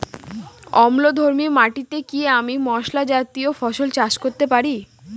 অম্লধর্মী মাটিতে কি আমি মশলা জাতীয় ফসল চাষ করতে পারি?